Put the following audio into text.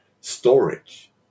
storage